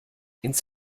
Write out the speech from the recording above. ins